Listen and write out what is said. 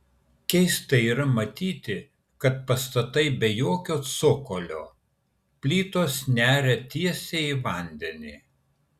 keista yra matyti kad pastatai be jokio cokolio plytos neria tiesiai į vandenį